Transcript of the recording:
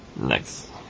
Next